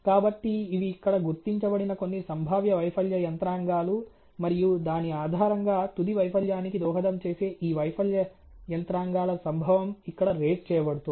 కాబట్టి ఇవి ఇక్కడ గుర్తించబడిన కొన్ని సంభావ్య వైఫల్య యంత్రాంగాలు మరియు దాని ఆధారంగా తుది వైఫల్యానికి దోహదం చేసే ఈ వైఫల్య యంత్రాంగాల సంభవం ఇక్కడ రేట్ చేయబడుతోంది